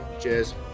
Cheers